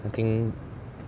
I think